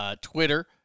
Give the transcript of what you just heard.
Twitter